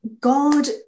God